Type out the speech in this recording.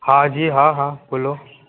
હા જી હા હા બોલો